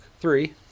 Three